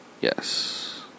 Yes